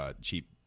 cheap